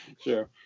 sure